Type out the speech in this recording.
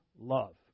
Love